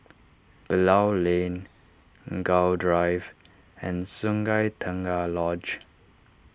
Bilal Lane Gul Drive and Sungei Tengah Lodge